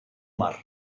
mar